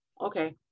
okay